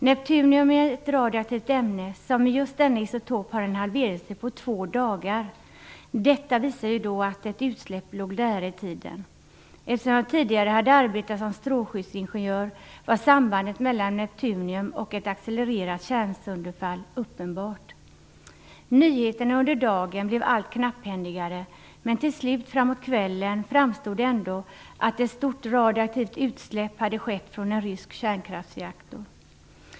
Neptunium är ett radioaktivt ämne som i just denna isotop har en halveringstid på två dagar. Detta visar att ett utsläpp låg nära i tiden. Eftersom jag tidigare hade arbetat som strålskyddsingenjör var sambandet mellan neptunium och ett accelererat kärnsönderfall uppenbart. Nyheterna under dagen blev allt knapphändigare. Men till slut, framåt kvällen, framstod det ändå att ett stort radioaktivt utsläpp hade skett från en rysk kärnkraftsreaktor.